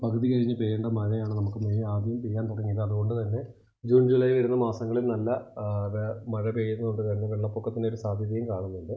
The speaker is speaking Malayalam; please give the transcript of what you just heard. പകുതി കഴിഞ്ഞ് പെയ്യേണ്ട മഴയാണ് നമുക്ക് മെയ് ആദ്യം പെയ്യാൻ തുടങ്ങിയത് അതുകൊണ്ട് തന്നെ ജൂൺ ജൂലൈ വരുന്ന മാസങ്ങളിൽ നല്ല ത് മഴ പെയ്യുന്നോണ്ട് തന്നെ വെള്ളപ്പൊക്കത്തിനൊരു സാധ്യതയും കാണുന്നുണ്ട്